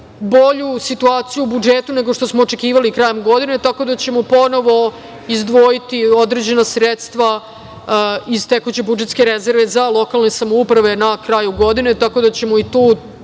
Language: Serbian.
bolju situaciju u budžetu nego što smo očekivali krajem godine, tako da ćemo ponovo izdvojiti određena sredstva iz tekuće budžetske rezerve za lokalne samouprave na kraju godine. Tako da ćemo i tu